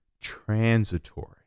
transitory